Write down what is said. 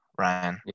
Ryan